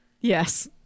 Yes